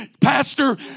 Pastor